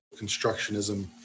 constructionism